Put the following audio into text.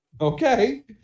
okay